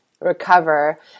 recover